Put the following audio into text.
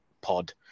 pod